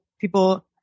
people